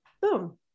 boom